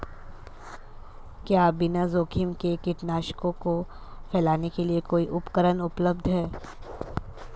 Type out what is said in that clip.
क्या बिना जोखिम के कीटनाशकों को फैलाने के लिए कोई उपकरण उपलब्ध है?